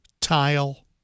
tile